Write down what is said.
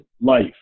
life